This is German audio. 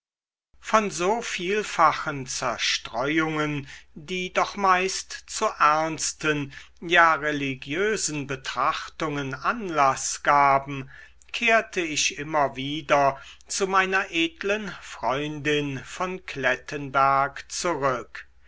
von so vielfachen zerstreuungen die doch meist zu ernsten ja religiösen betrachtungen anlaß gaben kehrte ich immer wieder zu meiner edlen freundin von klettenberg zurück